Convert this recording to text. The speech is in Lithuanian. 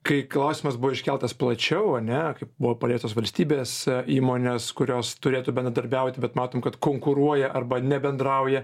kai klausimas buvo iškeltas plačiau ar ne kaip buvo paliestos valstybės įmonės kurios turėtų bendradarbiauti bet matom kad konkuruoja arba nebendrauja